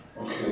Okay